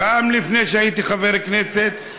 גם לפני שהייתי חבר כנסת,